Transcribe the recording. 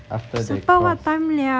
after they close